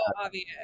obvious